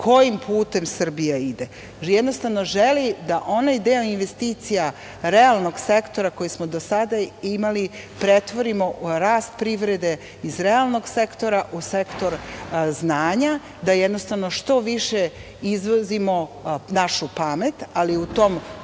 kojim putem Srbija ide. Jednostavno želi da onaj deo investicija realnog sektora koji smo sada imali pretvorimo u rast privrede iz realnog sektora u sektor znanja, da jednostavno što više izvozimo našu pamet, ali u tom